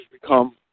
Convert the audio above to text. become